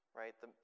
right